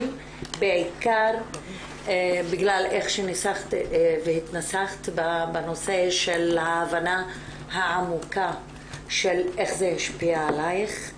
בעיקר בגלל איך שהתנסחת בנושא של ההבנה העמוקה של איך זה השפיע עליך.